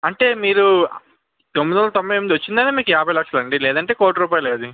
అంటే మీరు తొమ్మిది వందల తొంభై ఎనిమిది వచ్చిందనే మీకు యాభై లక్షలు అండి లేదంటే కోటి రూపాయలు అది